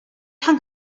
tongue